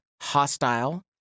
hostile